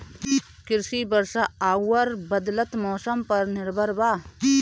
कृषि वर्षा आउर बदलत मौसम पर निर्भर बा